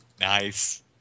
Nice